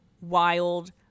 wild